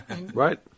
Right